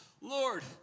Lord